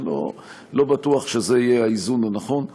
ואני לא בטוח שזה יהיה האיזון הנכון.